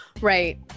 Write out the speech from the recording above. Right